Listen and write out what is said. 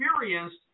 experienced